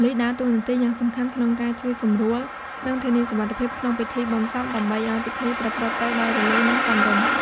ប៉ូលីសដើរតួនាទីយ៉ាងសំខាន់ក្នុងការជួយសម្រួល និងធានាសុវត្ថិភាពក្នុងពិធីបុណ្យសព ដើម្បីឲ្យពិធីប្រព្រឹត្តទៅដោយរលូន និងសមរម្យ។